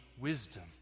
wisdom